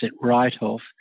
write-off